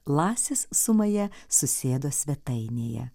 lasis su maja susėdo svetainėje